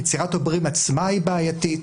יצירת העוברים עצמה היא בעייתית.